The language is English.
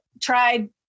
tried